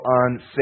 on